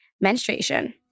menstruation